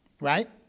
right